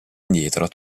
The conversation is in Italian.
indietro